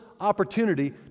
opportunity